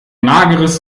mageres